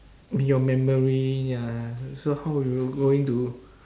your memory ya so how you going to